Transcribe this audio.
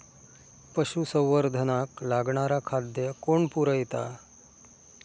पशुसंवर्धनाक लागणारा खादय कोण पुरयता?